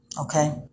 Okay